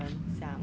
mm